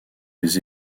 les